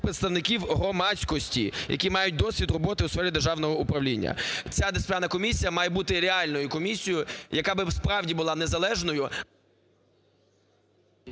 представників громадськості, які мають досвід роботи у сфері державного управління. Ця дисциплінарна комісія має бути реальною комісією, яка би, справді, була незалежною...